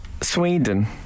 Sweden